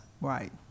right